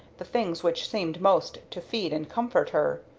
the things which seemed most to feed and comfort her.